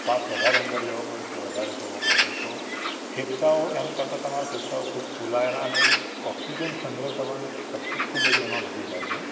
શ્વાસ વધારે અંદર લેવો પડે છે વધારે છોડવો પડે છે તો ફેફ્સાઓ એમ કરતાં તમારા ફેફસાઓ ખૂબ ફૂલાયેલા અને ઑક્સિજન સંગ્રહ કરવાની શક્તિ ખૂબ જ એમાં વધી જાય છે